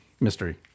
mystery